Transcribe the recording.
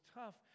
tough